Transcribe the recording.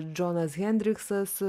džonas hendriksas